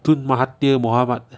tun mahathir mohamad